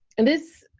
and this